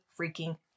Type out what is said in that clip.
freaking